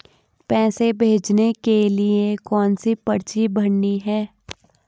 पैसे भेजने के लिए कौनसी पर्ची भरनी है?